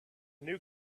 new